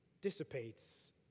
dissipates